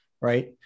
right